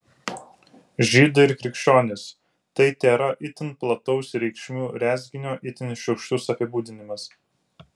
žydai ir krikščionys tai tėra itin plataus reikšmių rezginio itin šiurkštus apibūdinimas